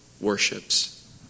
worships